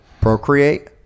procreate